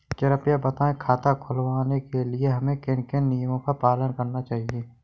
कृपया बताएँ खाता खुलवाने के लिए हमें किन किन नियमों का पालन करना चाहिए?